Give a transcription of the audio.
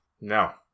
No